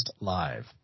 Live